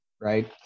Right